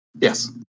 Yes